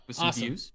Awesome